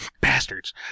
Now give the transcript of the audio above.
bastards